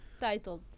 titled